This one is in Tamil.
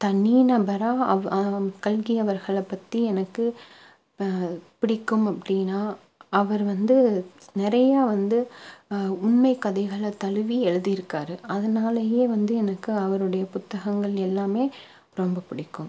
தனி நபராக கல்கி அவர்களை பற்றி எனக்கு பிடிக்கும் அப்படின்னா அவர் வந்து நிறையா வந்து உண்மைக் கதைகளை தழுவி எழுதி இருக்கார் அதனாலயே வந்து எனக்கு அவருடைய புத்தகங்கள் எல்லாமே ரொம்ப பிடிக்கும்